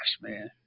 man